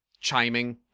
chiming